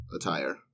attire